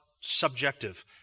subjective